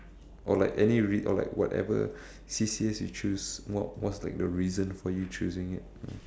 or like any rea~ or like whatever C_C_As you choose what was like the reason for you choosing it